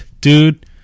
dude